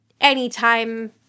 anytime